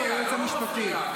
אתה מפריע, לא הוא מפריע.